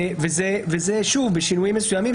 בשינויים מסוימים,